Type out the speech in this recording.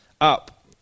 Up